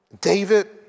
David